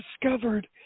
discovered